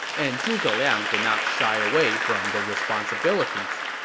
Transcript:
and zhuge liang did not shy away from the responsibilities